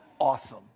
Awesome